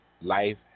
life